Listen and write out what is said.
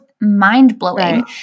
mind-blowing